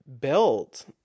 built